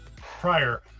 prior